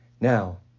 Now